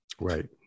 Right